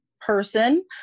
person